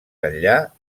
enllà